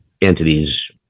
entities